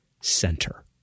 center